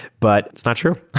but it's not true,